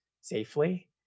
safely